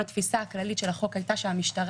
אלו לא פשעים שקל לך מאוד לראות את ההתנהגות העבריינית.